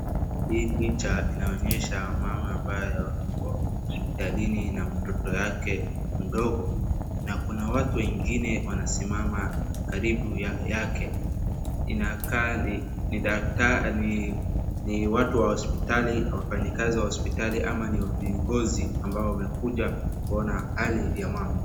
Hii picha inaonyesha mama ambaye ako hospitalini na mama yake mdogo. Na kuna watu wengine wanasimama karibu yake. Inakaa ni watu wa hospitali, wafanya kazi wa hospitali ama ni viongozi ambao wamekuja kuona hali ya mama.